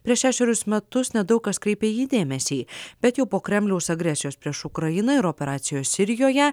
prieš šešerius metus nedaug kas kreipė į jį dėmesį bet jau po kremliaus agresijos prieš ukrainą ir operacijos sirijoje